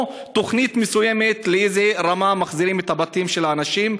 או תוכנית מסוימת לאיזו רמה מחזירים את הבתים של האנשים,